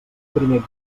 primer